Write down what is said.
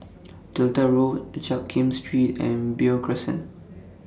Delta Road Jiak Kim Street and Beo Crescent